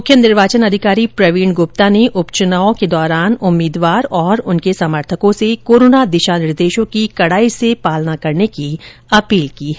मुख्य निर्वाचन अधिकारी प्रवीण गुप्ता ने उपचुनाव में दौरान उम्मीदवार और उनके समर्थकों से कोरोना दिशा निर्देशों की कडाई से पालना करने की अपील की है